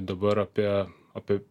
dabar apie apie